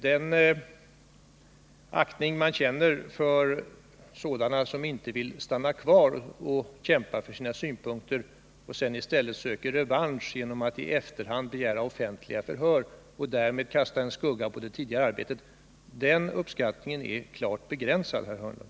Den aktning man känner för sådana, som inte vill stanna kvar och kämpa för sina synpunkter och som sedan i stället söker revansch genom att i efterhand begära offentliga förhör och därmed kasta en skugga över det tidigare arbetet, är klart begränsad, herr Hörnlund.